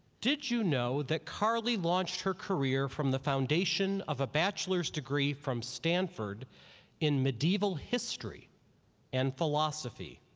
did you know that carly launched her career from the foundation of a bachelor's degree from stanford in medieval history and philosophy.